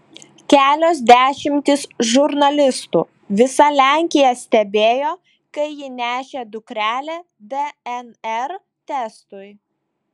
kelios dešimtys žurnalistų visa lenkija stebėjo kai ji nešė dukrelę dnr testui